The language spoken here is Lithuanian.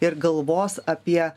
ir galvos apie